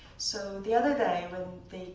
so the other day when